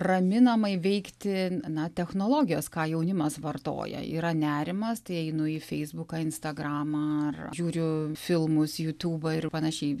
raminamai veikti na technologijos ką jaunimas vartoja yra nerimas tai einu į feisbuką instagramą ar žiūriu filmus jutubą ir panašiai